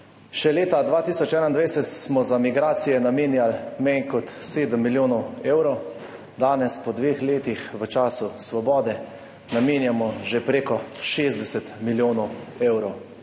Še leta 2021 smo za migracije namenjali manj kot 7 milijonov evrov, danes, po dveh letih v času Svobode namenjamo že prek 60 milijonov evrov.